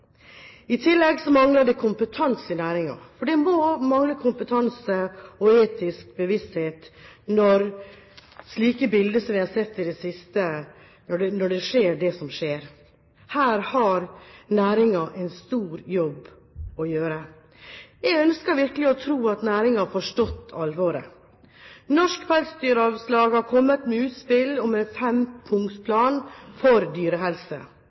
I tillegg mangler det kompetanse i næringen. Kompetanse og etisk bevissthet må ligge til grunn hvis vi skal unngå slike bilder som vi har sett i det siste. Her har næringen en stor jobb å gjøre. Jeg ønsker virkelig å tro at næringen har forstått alvoret. Norsk pelsdyralslag har kommet med utspill om en fempunktsplan for dyrehelse.